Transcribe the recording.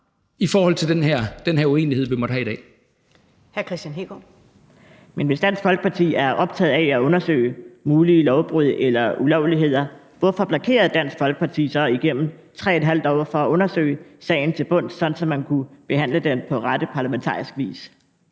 Kristian Hegaard. Kl. 11:26 Kristian Hegaard (RV): Men hvis Dansk Folkeparti er optaget af at undersøge mulige lovbrud eller ulovligheder, hvorfor blokerede Dansk Folkeparti så igennem 3½ år for at undersøge sagen til bunds, så man kunne behandle den på rette parlamentariske vis?